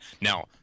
Now